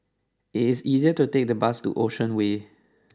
it is faster to take the bus to Ocean Way